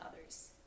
others